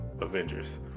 Avengers